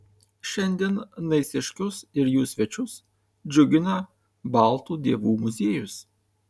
šiandien naisiškius ir jų svečius džiugina baltų dievų muziejus